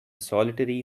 solitary